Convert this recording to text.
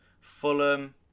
Fulham